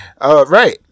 Right